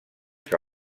que